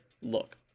Look